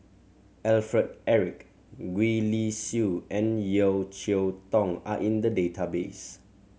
Alfred Eric Gwee Li Sui and Yeo Cheow Tong are in the database